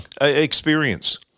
experience